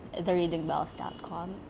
TheReadingBells.com